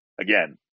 again